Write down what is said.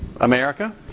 America